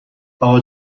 اقا